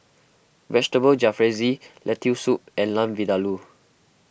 Vegetable Jalfrezi Lentil Soup and Lamb Vindaloo